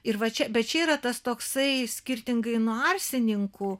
ir va čia bet čia yra tas toksai skirtingai nuo arsininkų